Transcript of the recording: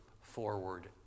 forward